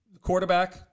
quarterback